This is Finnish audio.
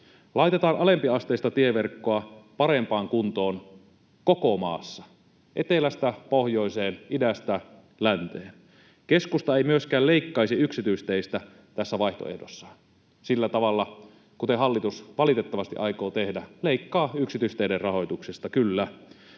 Laitetaan alempiasteista tieverkkoa parempaan kuntoon koko maassa etelästä pohjoiseen, idästä länteen. Keskusta ei myöskään leikkaisi yksityisteistä tässä vaihtoehdossaan sillä tavalla kuin hallitus valitettavasti aikoo tehdä: leikkaa yksityisteiden rahoituksesta, kyllä.